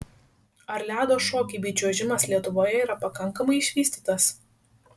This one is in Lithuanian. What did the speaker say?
ar ledo šokiai bei čiuožimas lietuvoje yra pakankamai išvystytas